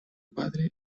padre